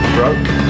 Broke